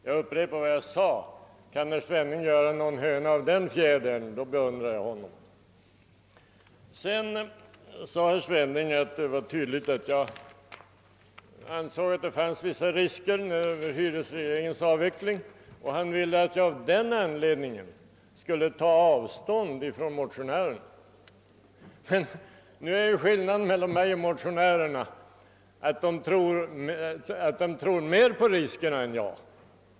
Jag upprepar att om herr Svenning kan göra en höna av den fjädern, beundrar jag honom. Herr Svenning sade sedan att det var tydligt att jag ansåg att det var vissa risker förenade med hyresregleringens avveckling. Han ville att jag av denna anledning skulle ta avstånd från motionärerna. Skillnaden mellan mig och motionärerna ligger däri, att dessa tror mera på riskerna än vad jag gör.